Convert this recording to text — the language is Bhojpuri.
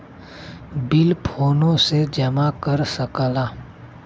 बिल फोने से जमा कर सकला